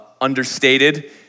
understated